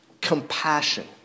Compassion